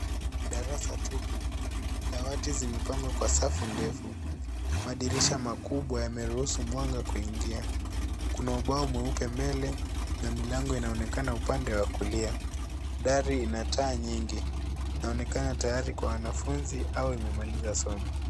Darasa tupu. Dawati zimepangwa kwa safu ndefu. Madirisha makubwa yameruhusu mwanga kuingia. Kuna ubao mweupe mbele na milango inaonekana upande wa kulia. Dari ina taa nyingi. Inaonekana tayari kwa wanafunzi au imemaliza somo.